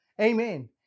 Amen